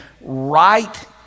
right